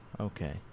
Okay